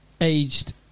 aged